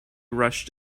rushed